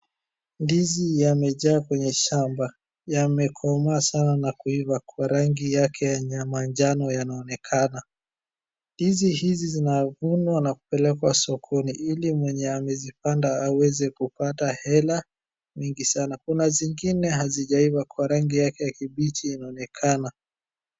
Ndizi yamejaa kwenye shamba, yamekomaa sana na kuiva kwa rangi yake ya manjano yanaonekana, ndizi hizi zinavunwa na kupelekwa sokoni ili mwenye amezipanda aweze kupata hela mingi sana, kuna zingine hazijaiva kwa rangi yake ya kibichi inaonekana.